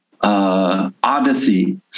odyssey